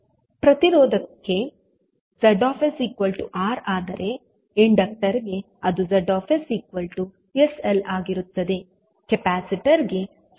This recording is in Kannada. ಪ್ರತಿರೋಧಕ್ಕೆ Z R ಆದರೆ ಇಂಡಕ್ಟರ್ ಗೆ ಅದು Z sL ಆಗಿರುತ್ತದೆ ಕೆಪಾಸಿಟರ್ ಗೆ Z 1sC ಆಗಿರುತ್ತದೆ